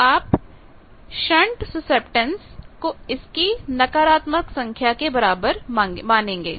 तो आप shunt susceptance को इस की नकारात्मक संख्या के बराबर मानेंगे